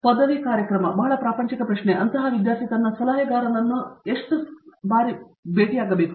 ಪದವಿ ಕಾರ್ಯಕ್ರಮ ಬಹಳ ಪ್ರಾಪಂಚಿಕ ಪ್ರಶ್ನೆ ಅಂತಹ ವಿದ್ಯಾರ್ಥಿ ತನ್ನ ಸಲಹೆಗಾರನನ್ನು ತನ್ನ ಸಲಹೆಯನ್ನು ಎಷ್ಟು ಬಾರಿ ಪೂರೈಸಬೇಕು